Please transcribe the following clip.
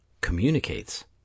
communicates